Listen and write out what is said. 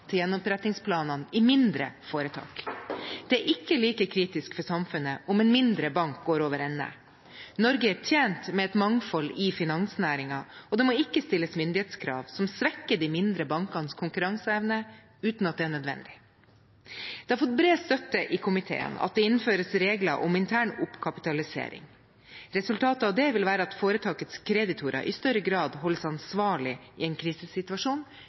til gjenopprettingsplanene i mindre foretak. Det er ikke like kritisk for samfunnet om en mindre bank går over ende. Norge er tjent med et mangfold i finansnæringen, og det må ikke stilles myndighetskrav som svekker de mindre bankenes konkurranseevne uten at det er nødvendig. Det har fått bred støtte i komiteen at det innføres regler om intern oppkapitalisering. Resultatet av det vil være at foretakets kreditorer i større grad holdes ansvarlig i en krisesituasjon